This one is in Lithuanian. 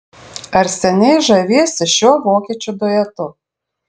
ar seniai žaviesi šiuo vokiečių duetu